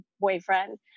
boyfriend